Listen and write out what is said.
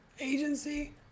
agency